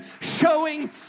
showing